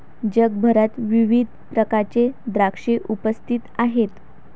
जगभरात विविध प्रकारचे द्राक्षे उपस्थित आहेत